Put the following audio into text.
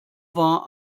war